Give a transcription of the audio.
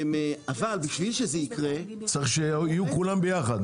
אבל בשביל שזה ייקרה --- צריך שיהיו כולם ביחד.